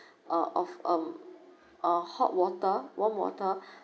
uh of um uh hot water warm water